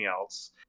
else